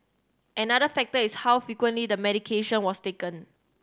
another factor is how frequently the medication was taken